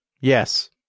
Yes